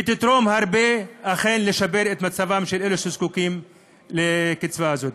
היא תתרום הרבה אכן לשיפור מצבם של אלו שזקוקים לקצבה הזאת.